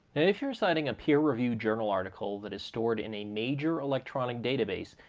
if you're citing a peer-reviewed journal article that is stored in a major electronic database,